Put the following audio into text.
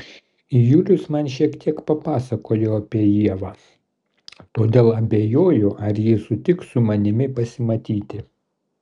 julius man šiek tiek papasakojo apie ievą todėl abejoju ar ji sutiks su manimi pasimatyti